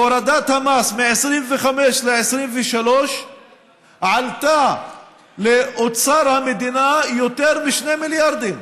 הורדת המס מ-25 ל-23 עלתה לאוצר המדינה יותר מ-2 מיליארדים.